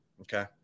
Okay